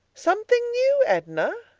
something new, edna?